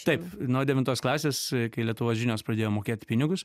taip nuo devintos klasės kai lietuvos žinios pradėjo mokėt pinigus